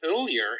earlier